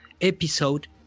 episode